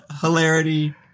hilarity